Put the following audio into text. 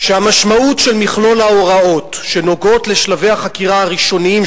ש"המשמעות של מכלול ההוראות שנוגעות לשלבי החקירה הראשוניים